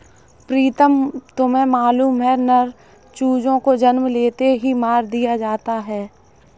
प्रीतम तुम्हें मालूम है नर चूजों को जन्म लेते ही मार दिया जाता है